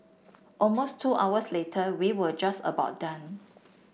almost two hours later we were just about done